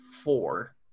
four